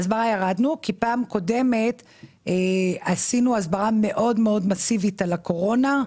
בהסברה ירדנו כי פעם קודמת עשינו הסברה מאוד-מאוד מסיבית על הקורונה,